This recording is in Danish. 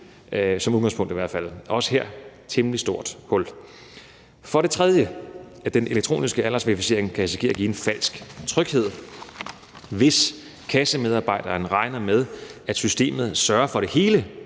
som udgangspunkt. Også her er der et temmelig stort hul. For det tredje kan den elektroniske aldersverificering risikere at give en falsk tryghed. Hvis kassemedarbejderen regner med, at systemet sørger for det hele